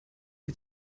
die